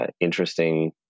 interesting